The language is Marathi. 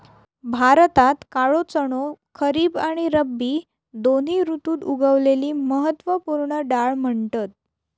भारतात काळो चणो खरीब आणि रब्बी दोन्ही ऋतुत उगवलेली महत्त्व पूर्ण डाळ म्हणतत